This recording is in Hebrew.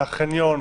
מהחניון,